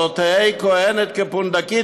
לא תהא כוהנת כפונדקית,